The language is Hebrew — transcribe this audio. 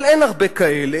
אבל אין הרבה כאלה,